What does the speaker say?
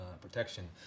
protection